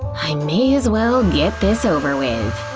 i may as well get this over with.